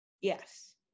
Yes